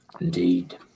indeed